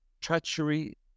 treachery